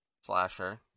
slasher